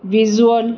visual